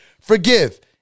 forgive